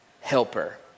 Helper